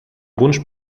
wunsch